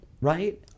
right